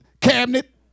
cabinet